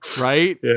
right